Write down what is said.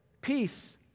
peace